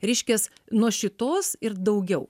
reiškias nuo šitos ir daugiau